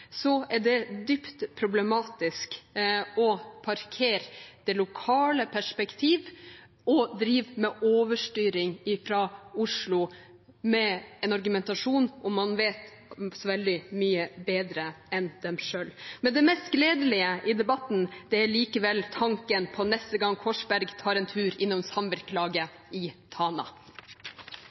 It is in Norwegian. er det dypt problematisk å parkere det lokale perspektivet og drive med overstyring fra Oslo, med en argumentasjon om at man vet så veldig mye bedre enn dem. Men det mest gledelige i debatten er likevel tanken på neste gang Korsberg tar en tur innom samvirkelaget i Tana.